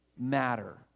matter